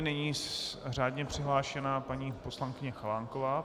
Nyní řádně přihlášená paní poslankyně Chalánková.